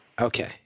Okay